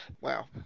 Wow